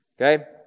Okay